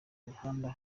mihanda